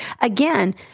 again